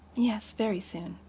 yes, very soon.